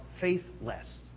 faithless